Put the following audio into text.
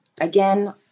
Again